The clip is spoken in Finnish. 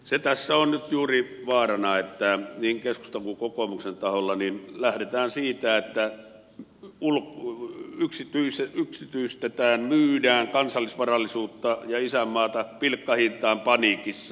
se tässä on nyt juuri vaarana että niin keskustan kuin kokoomuksen taholla lähdetään siitä että yksityistetään myydään kansallisvarallisuutta ja isänmaata pilkkahintaan paniikissa